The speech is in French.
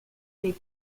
les